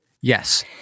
Yes